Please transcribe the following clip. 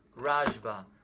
Rajba